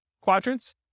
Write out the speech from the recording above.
quadrants